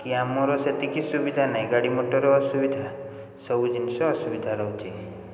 କି ଆମର ସେତିକି ସୁବିଧା ନାହିଁ ଗାଡ଼ିମଟର ଅସୁବିଧା ସବୁ ଜିନିଷ ଅସୁବିଧା ରହୁଛି